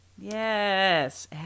Yes